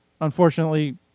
unfortunately